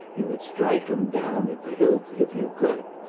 you would strike him down with the hilt if you could.